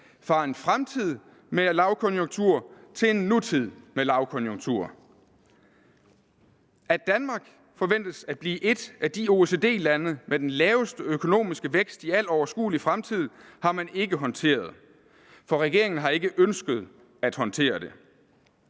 fra en fremtid med lavkonjunktur til en nutid med lavkonjunktur. At Danmark forventes at blive et af de OECD-lande med den laveste økonomiske vækst i al overskuelig fremtid, har man ikke håndteret, for regeringen har ikke ønsket at håndtere det.